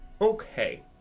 Okay